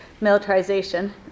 militarization